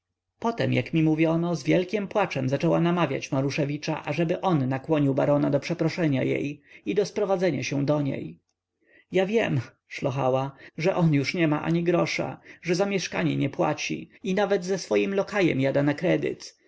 potem jak mi mówiono z wielkim płaczem zaczęła namawiać maruszewicza ażeby on nakłonił barona do przeproszenia jej i do sprowadzenia się do niej ja wiem szlochała że on już nie ma ani grosza że za mieszkanie nie płaci i nawet ze swoim lokajem jada na kredyt